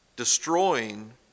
destroying